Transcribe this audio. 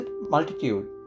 multitude